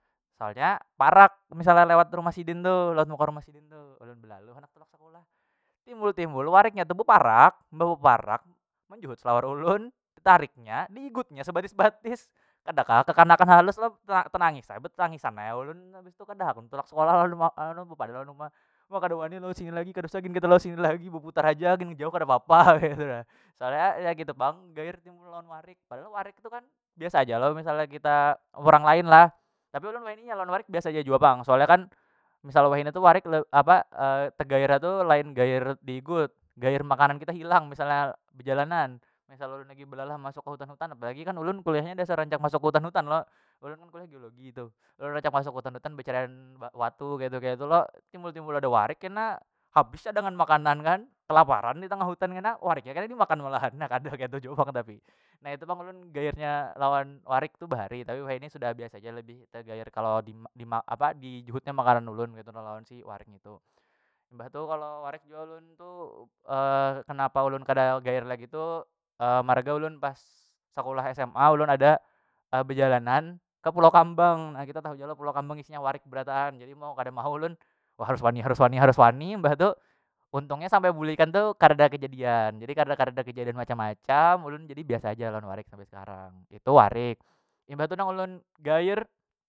Soalnya parak misalnya lewat rumah sidin tu lewat muka rumah sidin tu ulun belalu handak tulak sekulah timbul- timbul wariknya tu beparak bebeparak menjuhut selawar ulun tetariknya di igutnya sebatis- batis kada kah kekanakan halus lo tenangis ai betetangis ai ulun habis tu kada hakun tulak sekolah bepander lawan uma, ma kada wani lewat sini lagi kada usah gin kita lewat sini lagi beputar haja gin jauh kada papa ketu na, soalnya ya ketu pang gair timbul lawan warik padahal warik tu kan biasa aja lo misal nya kita urang lain lah tapi ulun wahini lawan warik biasa jua pang soalnya kan misal wahini tu warik apa tegaer nya tu lain gaer diigut gaer makanan kita hilang misalnya bejalanan misal ulun lagi belalah masuk ke hutan- hutan apalagi kan ulun kuliahnya rancak masuk hutan- hutan lo ulun kan kuliah geologi tu lalu rancak masuk hutan- hutan becarian watu ketu- ketu lo timbul- timbul ada warik kena habis nya dengan makanan kan kelaparan kita ditengah hutan kena wariknya kena dimakan walahan na kada ketu jua pang tapi, na itu pang ulun gair nya lawan warik tu bahari tapi wahini sudah biasa ja lebih tegair kalo apa dijuhutnya makanan ulun ketu lawan si warik ngitu. Mbah tu kalo warik jua ulun tu kenapa ulun kada gaer lagi tu marga ulun pas sekulah sma ulun ada bejalanan kepulau kambang na kita tahu ja kalo pulau kambang isi nya warik berataan jadi mau kada mau ulun wah harus wani harus wani harus wani mbah tu untungnya sampai bulikan tu karada kejadian jadi karada kejadian macam- macam ulun jadi biasa aja lawan warik sampai sekarang itu warik imbah tu yang ulun gair.